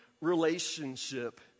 relationship